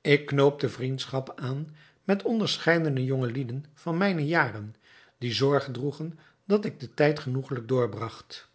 ik knoopte vriendschap aan met onderscheidene jonge lieden van mijne jaren die zorg droegen dat ik den tijd genoegelijk doorbragt